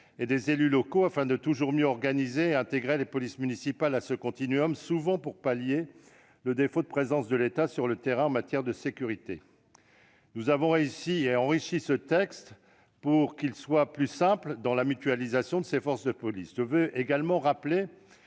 et des élus locaux afin de toujours mieux organiser et intégrer les polices municipales à ce continuum, souvent pour pallier le défaut de présence de l'État sur le terrain en matière de sécurité. Nous avons d'ailleurs enrichi ce texte pour que la mutualisation des forces de police soit plus simple. Je veux également rappeler